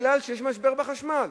בגלל שיש משבר בחשמל.